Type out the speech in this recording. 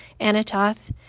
Anatoth